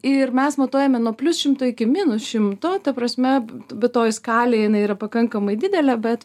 ir mes matuojame nuo plius šimto iki minus šimto ta prasme bet toji skalė jinai yra pakankamai didelė bet